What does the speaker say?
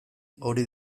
hori